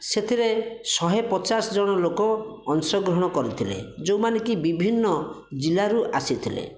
ସେଥିରେ ଶହେପଚାଶ ଜଣ ଲୋକ ଅଂଶ ଗ୍ରହଣ କରିଥିଲେ ଯେଉଁମାନେ କି ବିଭିନ୍ନ ଜିଲ୍ଲାରୁ ଆସିଥିଲେ